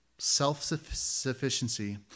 self-sufficiency